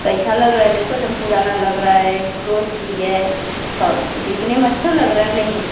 कैसा लग रहा है देखो एकदम पुराना लग रहा है खरोच भी है दिखने में अच्छा लग रहा है नहीं